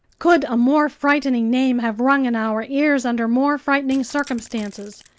could a more frightening name have rung in our ears under more frightening circumstances?